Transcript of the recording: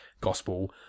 gospel